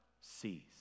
sees